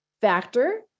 factor